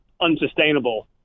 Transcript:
unsustainable